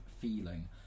feeling